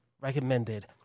recommended